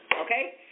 okay